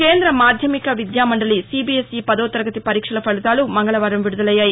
కేంద్ర మాధ్యమిక విద్యామండలి పదో తరగతి వరీక్షల వలితాలు మంగళవారం విడుదలయ్యాయి